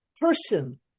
Person